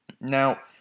Now